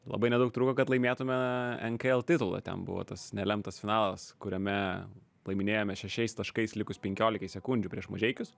labai nedaug trūko kad laimėtume nkl titulą ten buvo tas nelemtas finalas kuriame laiminėjome šešiais taškais likus penkiolikai sekundžių prieš mažeikius